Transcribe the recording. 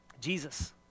Jesus